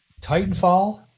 titanfall